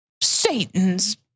Satan's